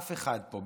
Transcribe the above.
אף אחד פה,